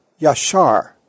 yashar